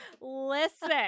Listen